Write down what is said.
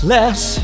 Less